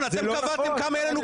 אנחנו צריכים להסתכל על עצמנו,